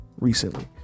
recently